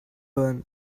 one